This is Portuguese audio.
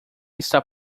está